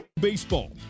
Baseball